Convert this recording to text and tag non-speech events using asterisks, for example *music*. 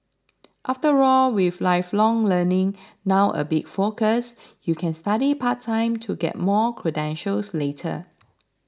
after all with lifelong learning now a big focus you can study part time to get more credentials later *noise*